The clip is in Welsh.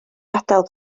gadael